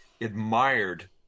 admired